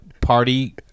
party